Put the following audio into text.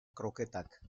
kroketak